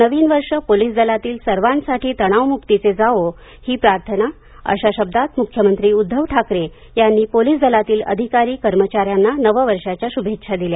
नवीन वर्ष पोलीस दलातील सर्वांसाठी तणावमुक्तीचे जावो ही प्रार्थना अशा शब्दांत मुख्यमंत्री उद्धव ठाकरे यांनी पोलीस दलातील अधिकारी कर्मचाऱ्यांना नववर्षाच्या श्भेच्छा दिल्या